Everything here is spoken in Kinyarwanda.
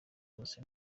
rwose